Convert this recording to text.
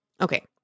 Okay